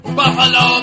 buffalo